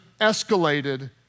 escalated